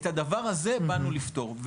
את הדבר הזה באנו לפתור.